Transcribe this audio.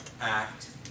act